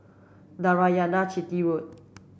Narayanan Chetty Road